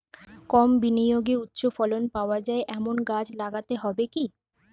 কম বিনিয়োগে উচ্চ ফলন পাওয়া যায় এমন গাছ লাগাতে হবে কি?